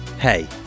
Hey